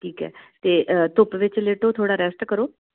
ਠੀਕ ਹੈ ਅਤੇ ਧੁੱਪ ਵਿੱਚ ਲੀਟੋ ਥੋੜ੍ਹਾ ਰੈਸਟ ਕਰੋ